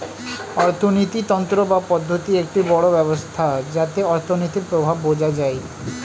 অর্থিনীতি তন্ত্র বা পদ্ধতি একটি বড় ব্যবস্থা যাতে অর্থনীতির প্রভাব বোঝা যায়